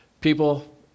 people